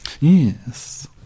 Yes